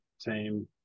team